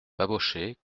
babochet